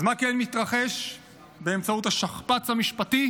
אז מה כן מתרחש באמצעות השכפ"ץ המשפטי?